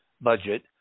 budget